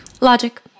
Logic